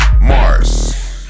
Mars